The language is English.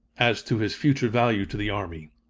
as to his future value to the army.